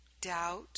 doubt